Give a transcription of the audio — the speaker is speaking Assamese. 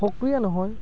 সক্ৰিয় নহয়